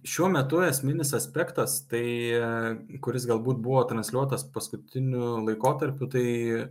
šiuo metu esminis aspektas tai kuris galbūt buvo transliuotas paskutiniu laikotarpiu tai